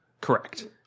Correct